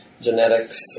genetics